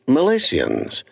Malaysians